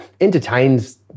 entertains